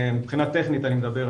מבחינה טכנית אני מדבר,